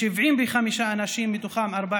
75 אנשים, מתוכם 14 נשים,